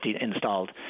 installed